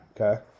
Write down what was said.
okay